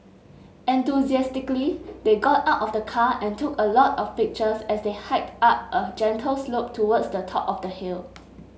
enthusiastically they got out of the car and took a lot of pictures as they hiked up a gentle slope towards the top of the hill